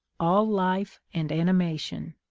all life and animation.